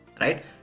right